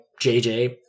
JJ